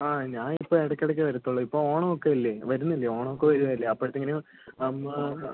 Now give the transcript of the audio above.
ആ ഞാൻ ഇപ്പോൾ ഇടയ്ക്ക് ഇടയ്ക്കേ വരത്തുള്ളൂ ഇപ്പോൾ ഓണമൊക്കെ അല്ലേ വരുന്നില്ലേ ഓണമൊക്കെ വരുന്നില്ലേ അപ്പോഴത്തേക്കിനും